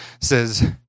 says